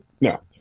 No